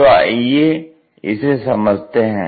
तो आइए इसे समझते हैं